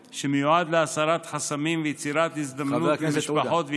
וסל מענים גמיש שמיועד להסרת חסמים ויצירת הזדמנויות למשפחות וילדיהם.